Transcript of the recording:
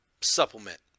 supplement